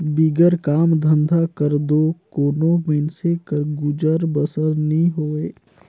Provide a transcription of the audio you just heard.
बिगर काम धंधा कर दो कोनो मइनसे कर गुजर बसर नी होए